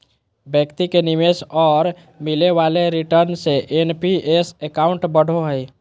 व्यक्ति के निवेश और मिले वाले रिटर्न से एन.पी.एस अकाउंट बढ़ो हइ